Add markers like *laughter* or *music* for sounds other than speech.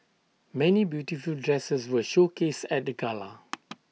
many beautiful dresses were showcased at the gala *noise*